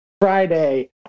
Friday